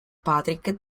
patrick